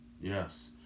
Yes